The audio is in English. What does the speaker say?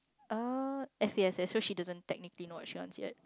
oh as in as social she doesn't technically knock one yet